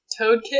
Toadkit